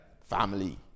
family